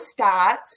stats